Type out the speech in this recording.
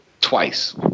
twice